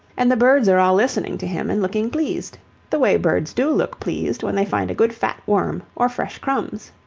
and the birds are all listening to him and looking pleased the way birds do look pleased when they find a good fat worm or fresh crumbs.